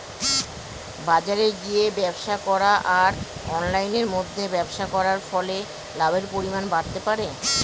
বাজারে গিয়ে ব্যবসা করা আর অনলাইনের মধ্যে ব্যবসা করার ফলে লাভের পরিমাণ বাড়তে পারে?